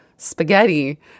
Spaghetti